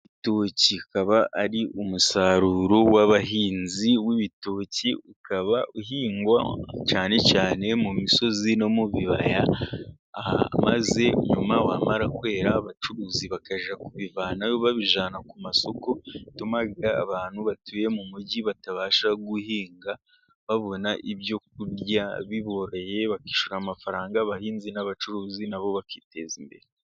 Igitoki kaba ari umusaruro w'abahinzi w'ibitoki, ukaba uhingwa cyane cyane mu misozi no mu bibaya, maze nyuma wamara kwera, abacuruzi bakajya kubivanaho babijana ku masoko, bituma abantu batuye mumujyi batabasha guhinga, babona ibyo kurya biboroheye bakishyura amafaranga abahinzi n'abacuruzi nabo bakiteza imbere.